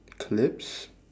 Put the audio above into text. clips